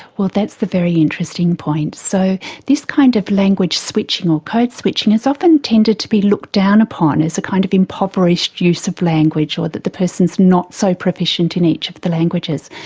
well that's the very interesting point. so this kind of language switching or code switching is often tended to be looked down upon as a kind of impoverished use of language, or that the person is no so proficient in each of the languages.